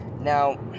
Now